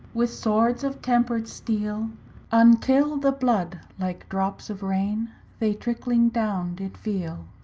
with swords of tempered steele until the blood, like drops of rain, they trickling downe did feele.